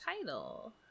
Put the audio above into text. title